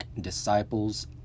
disciples